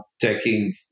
taking